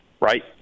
right